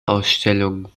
ausstellungen